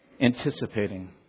anticipating